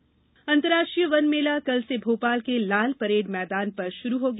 वनमेला अंतरराष्ट्रीय वन मेला कल से भोपाल के लाल परेड मैदान पर शुरू हो गया